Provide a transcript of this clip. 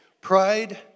Pride